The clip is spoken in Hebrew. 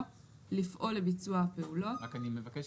"לפעול לביצוע הפעולות"; בסעיף קטן (ז),